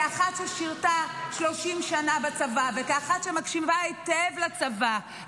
כאחת ששירתה 30 שנה בצבא וכאחת שמקשיבה היטב לצבא,